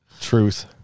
Truth